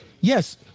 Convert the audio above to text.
yes